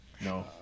No